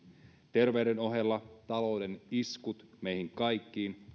terveyden ohella talouden iskut meihin kaikkiin